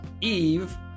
Eve